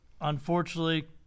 unfortunately